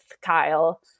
Kyle